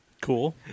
Cool